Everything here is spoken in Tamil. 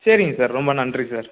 சரிங்க சார் ரொம்ப நன்றி சார்